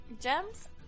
Gems